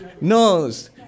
nose